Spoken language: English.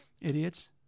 idiots